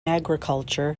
agriculture